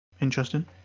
interesting